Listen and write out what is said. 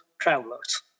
travelers